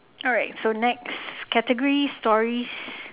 alright so next categories stories